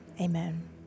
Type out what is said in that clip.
amen